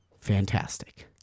Fantastic